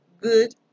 good